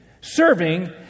serving